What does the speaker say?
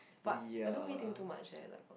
but I don't really think too much eh like